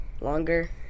longer